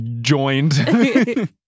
joined